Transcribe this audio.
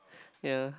yea